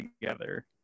together